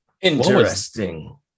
Interesting